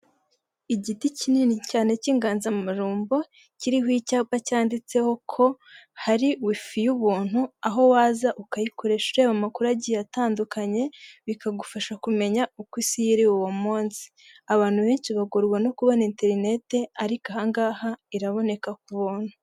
Igiti kinini cyane cy'inganzamarumbo kiriho icyapa cyanditseho ko hari wifi y'ubuntu, aho waza ukayikoresha ureba amakuru agiye atandukanye bikagufasha kumenya uko isi yiriwe uwo munsi. Abantu benshi bagorwa no kubona interneti arikohangaha iraboneka ku buntu.